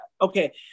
Okay